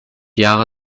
jahre